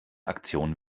aktion